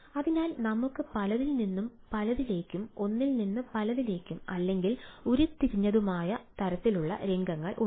അതിനാൽ നമുക്ക് പലതിൽ നിന്നും പലതിലേക്കും ഒന്നിൽനിന്ന് പലതിലേക്കും അല്ലെങ്കിൽ ഉരുത്തിരിഞ്ഞതുമായ തരത്തിലുള്ള രംഗങ്ങൾ ഉണ്ട്